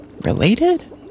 related